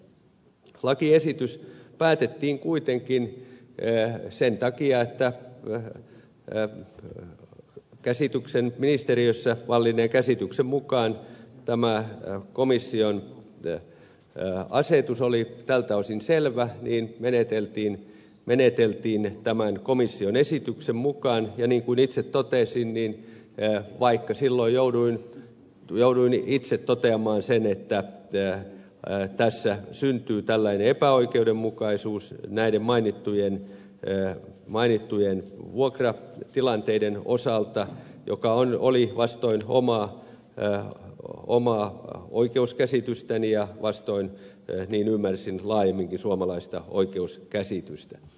lakiesitys päätettiin kuitenkin sen takia että kun ministeriössä vallinneen käsityksen mukaan tämä komission asetus oli tältä osin selvä niin meneteltiin tämän komission esityksen mukaan jenin kun itse totesi niin käy vaikka silloin jouduin itse toteamaan sen että tässä syntyy näiden mainittujen vuokratilanteiden osalta tällainen epäoikeudenmukaisuus joka oli vastoin omaa oikeuskäsitystäni ja vastoin niin ymmärsin laajemminkin suomalaista oikeuskäsitystä